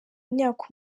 imyaka